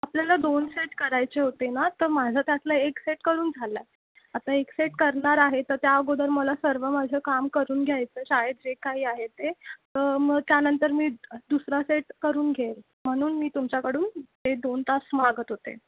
आपल्याला दोन सेट करायचे होते ना तर माझं त्यातला एक सेट करून झाला आहे आता एक सेट करणार आहे तर त्या अगोदर मला सर्व माझं काम करून घ्यायचं शाळेत जे काही आहे ते मग त्यानंतर मी दुसरा सेट करून घेईल म्हणून मी तुमच्याकडून ते दोन तास मागत होते